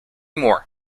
more